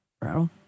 bro